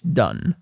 done